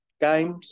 games